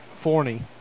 Forney